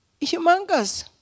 humongous